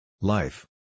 Life